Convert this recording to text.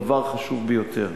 דבר חשוב ביותר,